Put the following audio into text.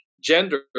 gender